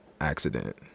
accident